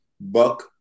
buck